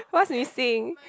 what's missing